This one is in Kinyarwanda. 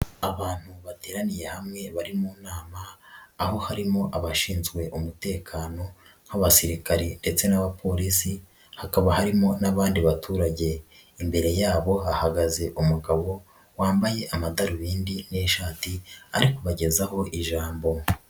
Abantu bateraniye hamwe bari mu nama aho harimo abashinzwe umutekano nk'abasirikare ndetse n'abapolisi hakaba harimo n'abandi baturage, imbere yabo hahagaze umugabo wambaye amadarubindi n'ishati ari kubagezaho ijambo.